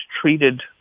treated